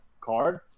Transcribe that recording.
card